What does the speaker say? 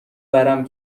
ورم